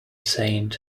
saint